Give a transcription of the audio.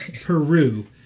Peru